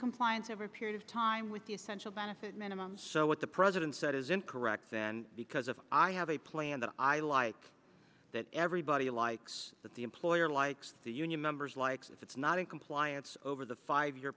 compliance over period of time with the essential benefit minimum so what the president said is incorrect then because if i have a plan that i like that everybody likes that the employer likes the union members likes it's not in compliance over the five year